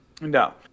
No